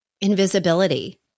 invisibility